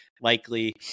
likely